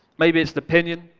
maybe it's an opinion,